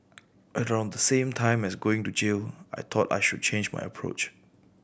around the same time as going to jail I thought I should change my approach